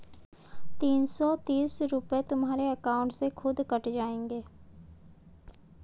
तीन सौ तीस रूपए तुम्हारे अकाउंट से खुद कट जाएंगे